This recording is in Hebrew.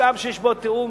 משאב שיש בו תיאום.